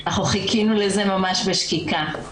אנחנו חיכינו לזה ממש בשקיקה.